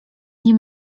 nie